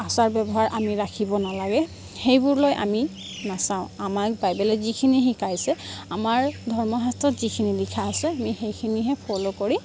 আচাৰ ব্যৱহাৰ আমি ৰাখিব নেলাগে সেইবোৰলৈ আমি নেচাওঁ আমাক বাইবেলে যিখিনি শিকাইছে আমাৰ ধৰ্মশাস্ত্ৰত যিখিনি লিখা আছে আমি সেইখিনিহে ফ'লো কৰি